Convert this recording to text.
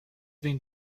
been